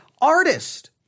artist